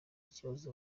kibazo